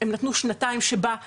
הם נתנו שנתיים שבהן